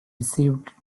received